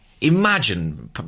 Imagine